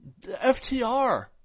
FTR